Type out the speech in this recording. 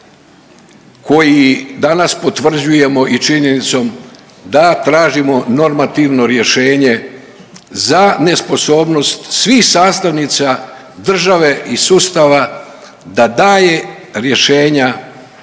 koji danas potvrđujemo i činjenicom da tražimo normativno rješenje za nesposobnost svih sastavnica države i sustava da daje rješenja